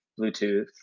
Bluetooth